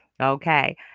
Okay